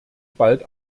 bald